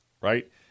right